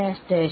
figure 4